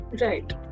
Right